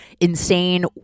insane